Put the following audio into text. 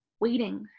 waiting